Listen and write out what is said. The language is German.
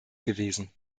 gewesen